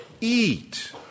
eat